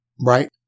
Right